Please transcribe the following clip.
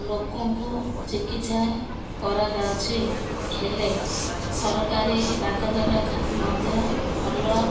ଲୋକଙ୍କୁ ଚିକିତ୍ସା କରାଯାଉଛି ହେଲେ ସରକାରୀ ଡାକ୍ତର ମଧ୍ୟ ଭଲ